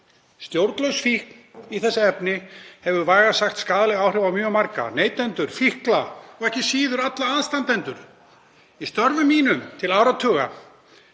Stjórnlaus fíkn í þessi efni hefur vægast sagt skaðleg áhrif á mjög marga; neytendur, fíkla og ekki síður alla aðstandendur. Í störfum mínum til áratuga